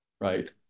right